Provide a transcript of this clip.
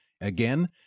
Again